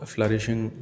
Flourishing